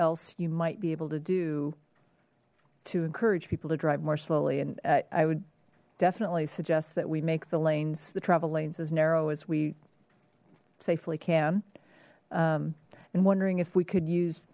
else you might be able to do to encourage people to drive more slowly and i would definitely suggest that we make the lanes the travel lanes as narrow as we safely can and wondering if we could use